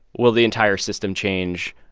will the entire system change?